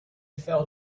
fell